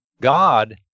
God